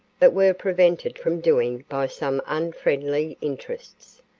but were prevented from doing by some unfriendly interests.